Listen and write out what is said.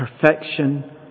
perfection